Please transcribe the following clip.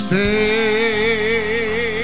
Stay